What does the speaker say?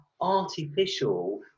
artificial